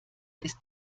ist